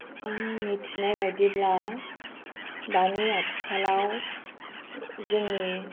आं मिथिनाय बादिब्ला दानि आथिखालाव जोंनि